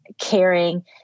caring